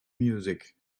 music